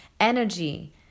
energy